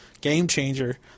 game-changer